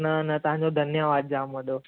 न न तव्हांजो धन्यवादु जाम वॾो